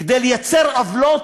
כדי לייצר עוולות,